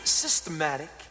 systematic